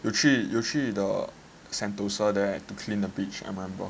有去有去的 Sentosa there to clean the beach I remember